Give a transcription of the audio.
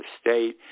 state